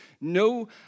no